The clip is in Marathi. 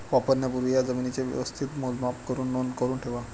वापरण्यापूर्वी या जमीनेचे व्यवस्थित मोजमाप करुन नोंद करुन ठेवा